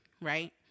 right